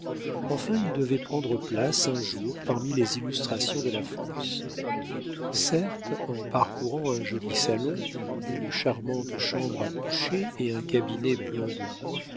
enfin il devait prendre place un jour parmi les illustrations de la france certes en parcourant un joli salon une charmante chambre à coucher et un cabinet plein de